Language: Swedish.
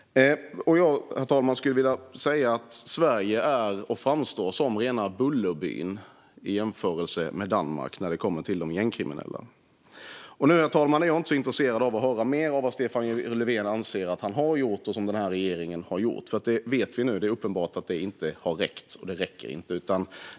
Herr talman! Sverige är och framstår som rena Bullerbyn i jämförelse med Danmark när det kommer till de gängkriminella. Nu är jag inte särskilt intresserad av att höra mer om vad Stefan Löfven anser att han och den här regeringen har gjort. Det vet vi, och det är uppenbart att det inte har räckt. Det räcker inte.